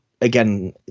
again